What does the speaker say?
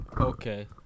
okay